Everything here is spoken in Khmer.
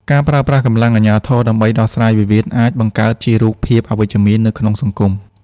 ការប្រើប្រាស់កម្លាំងអាជ្ញាធរដើម្បីដោះស្រាយវិវាទ អាចបង្កើតជារូបភាពអវិជ្ជមាននៅក្នុងសង្គម។